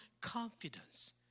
confidence